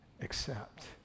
accept